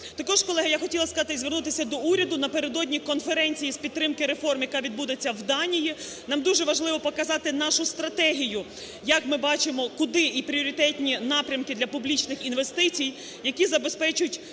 Також, колеги, я хотіла сказати і звернутися до уряду напередодні Конференції з підтримки реформ, яка відбудеться в Данії, нам дуже важливо показати нашу стратегію, як ми бачимо куди і пріоритетні напрямки для публічних інвестицій, які забезпечать